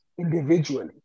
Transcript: individually